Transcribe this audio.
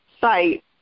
site